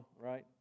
right